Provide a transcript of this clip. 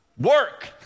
Work